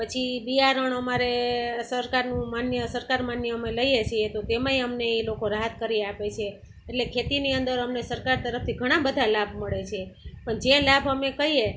પછી બિયારણ અમારે સરકારનું માન્ય સરકાર માન્ય અમે લઈએ છીએ તો તેમાંય અમને એ લોકો રાહત કરી આપે છે એટલે ખેતીની અંદર અમને સરકાર તરફથી ઘણાં બધાં લાભ મળે છે પણ જે લાભ અમે કહીએ